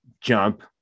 jump